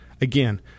Again